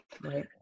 Right